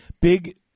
Big